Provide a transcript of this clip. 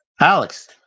Alex